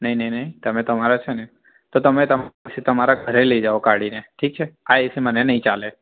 નહીં નહીં નહીં તમે તમારા છે ને તો તમે પછી તમારા ઘરે લઈ જાઓ કાઢીને ઠીક છે આ એસી મને નહીં ચાલે